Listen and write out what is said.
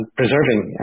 preserving